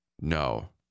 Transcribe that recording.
No